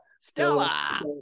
stella